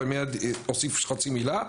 ואני מיד אוסיף עוד חצי מילה,